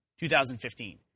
2015